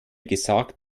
gesagt